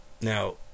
Now